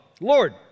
Lord